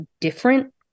different